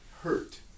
hurt